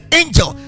angel